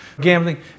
gambling